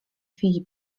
chwili